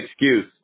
excuse